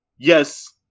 Yes